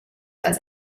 als